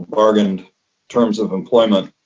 bargained terms of employment,